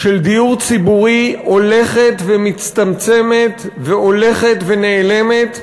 של דיור ציבורי הולכת ומצטמצמת והולכת ונעלמת,